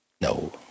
No